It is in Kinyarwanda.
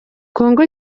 congo